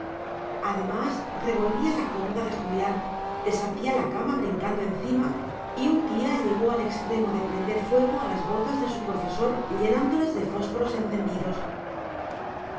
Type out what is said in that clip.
además revolvía la cómoda de julián deshacía la cama brincando encima y un día llegó al extremo de prender fuego a las botas de su profesor llenándolas de fósforos encendidos